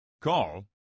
call